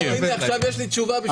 הינה, עכשיו יש לי תשובה בשבילך.